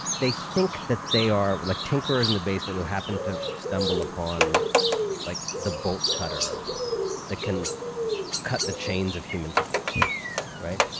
they think that they are like tinkerers in the basement who happened to stumble upon like the bolt cutter that can cut the chains of humankind. yeah right?